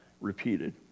repeated